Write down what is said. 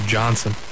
Johnson